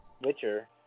Witcher